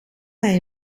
hij